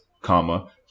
comma